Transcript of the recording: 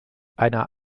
einer